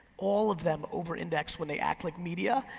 all of them over index when they act like media,